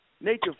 Nature